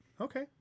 okay